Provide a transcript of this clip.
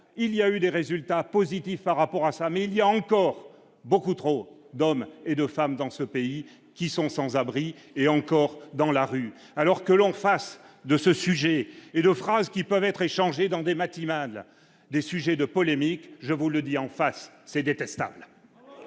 il y a eu des résultats positifs par rapport à ça, mais il y a encore beaucoup trop d'hommes et de femmes dans ce pays qui sont sans abri et encore dans la rue alors que l'on fasse de ce sujet et de phrases qui peuvent être échangés dans des maximales des sujets de polémique, je vous le dis en face c'est détestable.